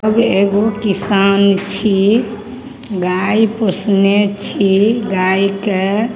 हम एगो किसान छी गाइ पोसने छी गाइके